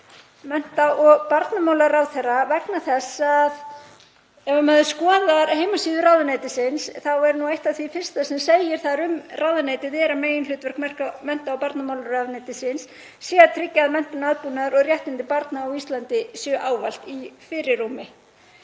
mennta- og barnamálaráðherra vegna þess að ef maður skoðar heimasíðu ráðuneytisins þá er nú eitt af því fyrsta sem segir þar um ráðuneytið að meginhlutverk mennta- og barnamálaráðuneytisins sé að tryggja menntun, aðbúnaðar og réttindi barna á Íslandi séu ávallt í fyrirrúmi.